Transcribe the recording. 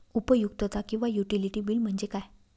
उपयुक्तता किंवा utility bill म्हणजे काय?